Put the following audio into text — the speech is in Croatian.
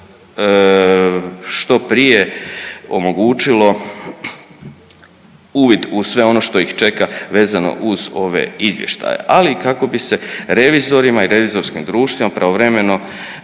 što prije omogućilo uvid u sve ono što ih čeka vezano uz ove izvještaje, ali i kako bi se revizorima i revizorskim društvima pravovremeno